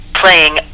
playing